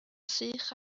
sych